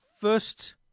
First